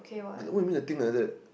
what you mean the thing like that